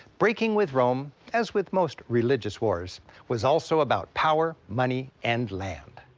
breaking with rome as with most religious wars was also about power, money, and land.